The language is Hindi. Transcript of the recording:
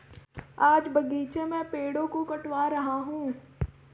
आज बगीचे के पेड़ों को कटवा रहा हूं